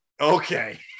okay